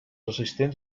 assistents